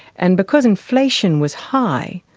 and because inflation was high,